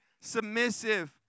submissive